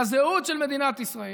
לזהות של מדינת ישראל,